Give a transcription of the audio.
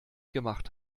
gemacht